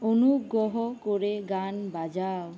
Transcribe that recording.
অনুগ্রহ করে গান বাজাও